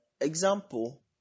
Example